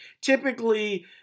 Typically